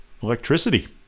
electricity